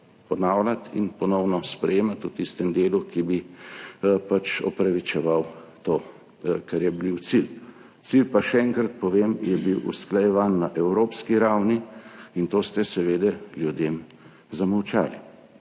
ponavljati in ponovno sprejemati v tistem delu, ki bi pač opravičeval to, kar je bil cilj. Cilj pa, še enkrat povem, je bil usklajevan na evropski ravni in to ste seveda ljudem zamolčali.